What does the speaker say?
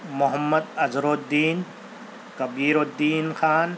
Muhammad Azharuddin Kabiruddin Khan